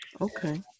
Okay